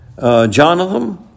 Jonathan